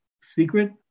secret